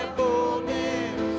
boldness